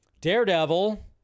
Daredevil